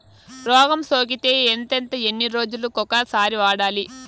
రోగం సోకితే ఎంతెంత ఎన్ని రోజులు కొక సారి వాడాలి?